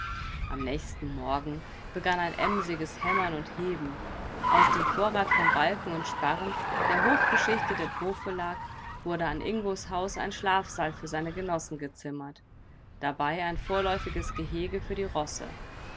am nächsten morgen begann ein emsiges hämmern und heben aus dem vorrat von balken und sparren der hochgeschichtet im hofe lag wurde an ingos haus ein schlafsaal für seine genossen gezimmert dabei ein vorläufiges gehege für die rosse